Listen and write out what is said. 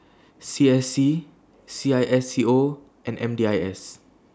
C S C C I S C O and M D I S